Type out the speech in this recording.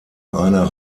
einer